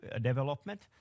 development